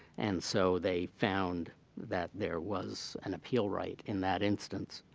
and so they found that there was an appeal right in that instance.